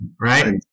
Right